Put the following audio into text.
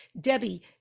Debbie